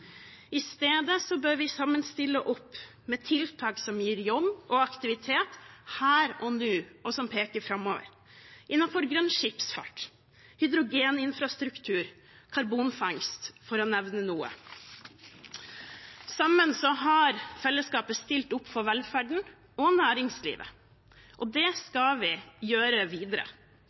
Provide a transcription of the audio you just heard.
I stedet bør vi sammen stille opp med tiltak som gir jobb og aktivitet her og nå, og som peker framover – innenfor grønn skipsfart, hydrogeninfrastruktur, karbonfangst, for å nevne noe. Sammen har fellesskapet stilt opp for velferden og næringslivet, og det skal vi gjøre videre.